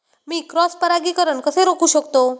मी cross परागीकरण कसे रोखू शकतो?